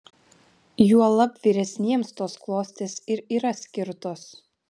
juolab vyresniems tos klostės ir yra skirtos